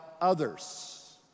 others